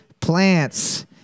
plants